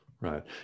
Right